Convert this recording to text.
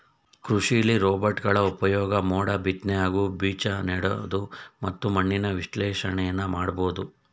ಕೃಷಿಲಿ ರೋಬೋಟ್ಗಳ ಉಪ್ಯೋಗ ಮೋಡ ಬಿತ್ನೆ ಹಾಗೂ ಬೀಜನೆಡೋದು ಮತ್ತು ಮಣ್ಣಿನ ವಿಶ್ಲೇಷಣೆನ ಮಾಡ್ಬೋದು